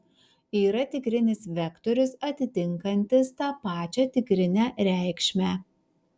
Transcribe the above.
yra tikrinis vektorius atitinkantis tą pačią tikrinę reikšmę